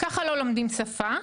ככה לא לומדים שפה.